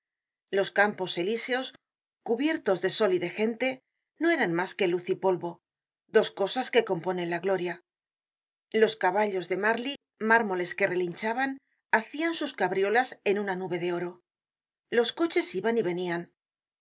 los campos elíseos cubiertos de sol y de gente no eran mas que luz y polvo dos cosas que componen la gloria los caballos de marly mármoles que relinchaban hacian sus cabriolas en una nube de oro los coches iban y venian